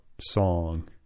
song